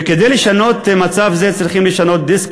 וכדי לשנות מצב זה צריכים לשנות דיסק,